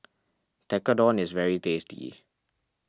Tekkadon is very tasty